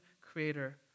Creator